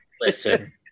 Listen